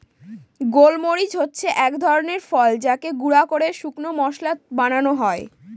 গোল মরিচ হচ্ছে এক ধরনের ফল যাকে গুঁড়া করে শুকনো মশলা বানানো হয়